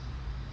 how long ah